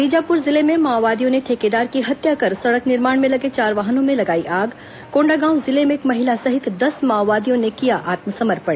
बीजापुर जिले में माओवादियों ने ठेकेदार की हत्या कर सड़क निर्माण में लगे चार वाहनों में लगाई आग कोंडागांव जिले में एक महिला सहित दस माओवादियों ने किया आत्मसपर्मण